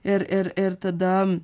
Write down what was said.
ir ir ir tada